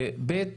ב.